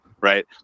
right